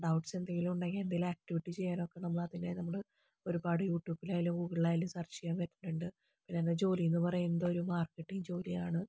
doubts എന്തെങ്കിലും ഉണ്ടെങ്കിൽ എന്തെങ്കിലും ആക്ടിവിറ്റി ചെയ്യാൻ ഒക്കെ നമ്മൾ അതിൽ നമ്മൾ ഒരുപാട് യൂട്യൂബിൽ ആയാലും ഗൂഗിളിലിൽ ആയാലും സെർച്ച് ചെയ്യാൻ പറ്റുന്നുണ്ട് എൻ്റെ ജോലി എന്ന് പറയുന്നത് ഒരു മാർക്കറ്റിംഗ് ജോലിയാണ്